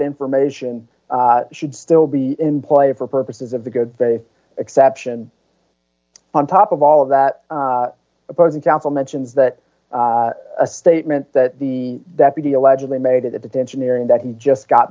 information should still be in play for purposes of the good faith exception on top of all of that opposing counsel mentions that a statement that the deputy allegedly made it a detention hearing that he just got